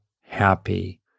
happy